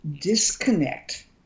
disconnect